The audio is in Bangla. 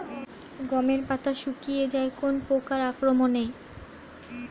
গমের পাতা শুকিয়ে যায় কোন পোকার আক্রমনে?